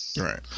Right